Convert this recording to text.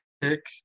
pick